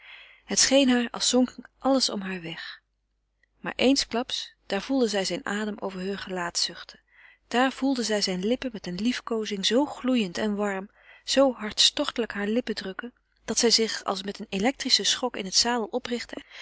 haar als zonk alles om haar weg maar eensklaps daar voelde zij zijn adem over heur gelaat zuchten daar voelde zij zijn lippen met eene liefkoozing zoo gloeiend en warm zoo hartstochtelijk hare lippen drukken dat zij zich als met een electrischen schok in het zadel oprichtte